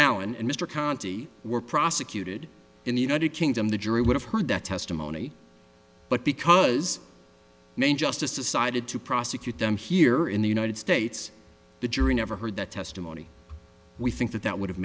allen and mr conti were prosecuted in the united kingdom the jury would have heard that testimony but because main justice decided to prosecute them here in the united states the jury never heard that testimony we think that that would have